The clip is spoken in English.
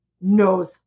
knows